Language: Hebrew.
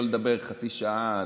לא לדבר חצי שעה,